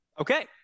Okay